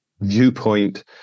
viewpoint